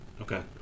Okay